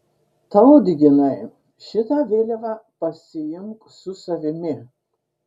tautginai šitą vėliavą pasiimk su savimi